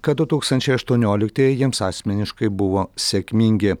kad dutūkstančiai aštuonioliktieji jiems asmeniškai buvo sėkmingi